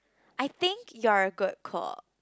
I think you're a good cook